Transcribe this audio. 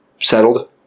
settled